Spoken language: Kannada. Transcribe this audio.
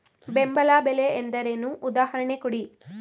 ಬೆಂಬಲ ಬೆಲೆ ಎಂದರೇನು, ಉದಾಹರಣೆ ಕೊಡಿ?